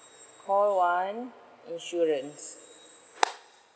call one insurance